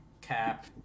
Cap